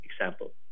example